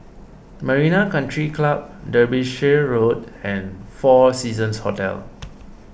Marina Country Club Derbyshire Road and four Seasons Hotel